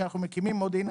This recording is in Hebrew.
שאנחנו מקימים מודיעין.